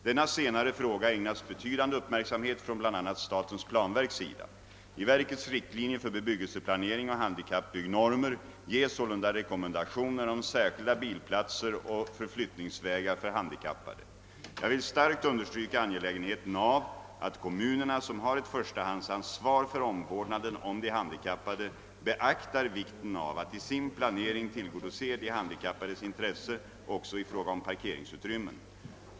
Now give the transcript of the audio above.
Denna senare fråga ägnas betydande uppmärksamhet från bl.a. statens planverks sida. I verkets riktlinjer för bebyggelseplanering och handikappbyggnormer ges sålunda rekommendationer om särskilda bilplatser och förflyttningsvägar för handikappade. Jag vill starkt understryka angelägenheten av att kommunerna, som har ett förstahandsansvar för omvårdnaden om de handikappade, beaktar vikten av att i sin planering tiligodose de handikappades intresse också i fråga om parkeringsutrymmen.